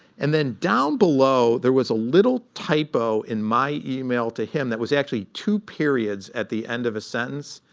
and then down below, there was a little typo in my email to him that was actually two periods at the end of a sentence.